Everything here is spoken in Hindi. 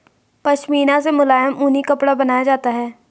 पशमीना से मुलायम ऊनी कपड़ा बनाया जाता है